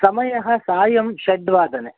समयः सायं षड्वादने